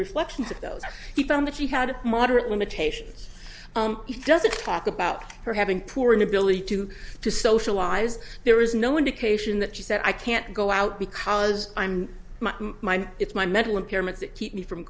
reflections of those he found that she had moderate limitations he doesn't talk about her having poor inability to to socialize there is no indication that she said i can't go out because i'm my mind it's my mental impairment that keep me from